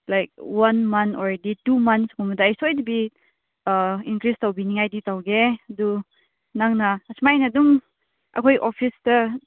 like one month ꯑꯣꯏꯔꯗꯤ two months ꯀꯨꯝꯕꯗ ꯑꯩ ꯁꯣꯏꯗꯕꯤ ꯏꯟꯀ꯭ꯔꯤꯁ ꯇꯧꯕꯤꯅꯤꯡꯉꯥꯏꯗꯤ ꯇꯧꯒꯦ ꯑꯗꯨ ꯅꯪꯅ ꯑꯁꯨꯃꯥꯏꯅ ꯑꯗꯨꯝ ꯑꯩꯈꯣꯏ ꯑꯣꯐꯤꯁꯇ